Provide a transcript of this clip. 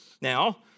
Now